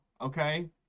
Okay